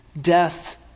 death